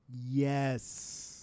Yes